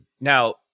Now